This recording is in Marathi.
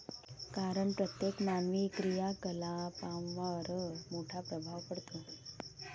कारण प्रत्येक मानवी क्रियाकलापांवर मोठा प्रभाव पडतो